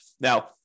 Now